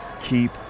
Keep